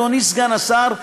אדוני סגן השר,